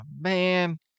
man